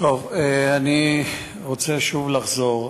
אני רוצה שוב לחזור.